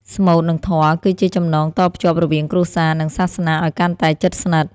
ស្មូត និងធម៌គឺជាចំណងតភ្ជាប់រវាងគ្រួសារ និងសាសនាឱ្យកាន់តែជិតស្និទ្ធ។